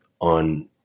on